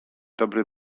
dobry